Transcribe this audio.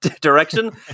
direction